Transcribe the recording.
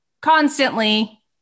constantly